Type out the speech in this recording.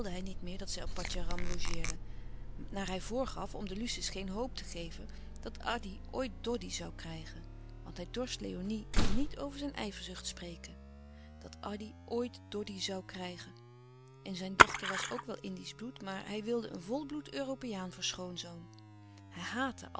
niet meer dat zij op patjaram logeerde naar hij voorgaf om de de luce's geen hoop te geven dat addy ooit doddy zoû krijgen want hij dorst léonie niet over zijn ijverzucht spreken dat addy ooit doddy zoû krijgen in zijn dochter was ook wel indiesch bloed maar hij wilde een volbloed europeaan voor schoonzoon hij haatte